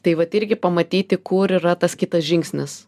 tai vat irgi pamatyti kur yra tas kitas žingsnis